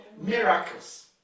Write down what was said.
Miracles